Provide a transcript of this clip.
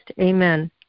Amen